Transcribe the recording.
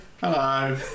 hello